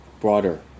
broader